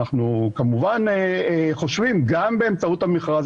ואנחנו כמובן חושבים גם באמצעות המכרז